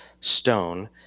stone